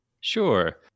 Sure